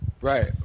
Right